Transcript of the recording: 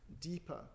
deeper